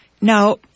Now